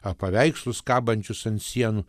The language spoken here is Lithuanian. ar paveikslus kabančius ant sienų